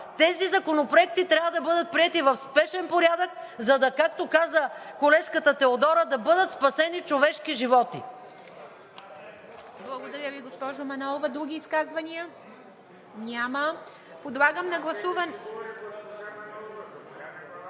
Тези законопроекти трябва да бъдат приети в спешен порядък, както каза колежката Теодора, да бъдат спасени човешки животи.